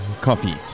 coffee